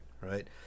right